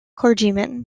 clergyman